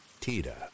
Tita